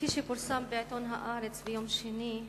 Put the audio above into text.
כפי שפורסם בעיתון "הארץ" ביום שני,